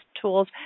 tools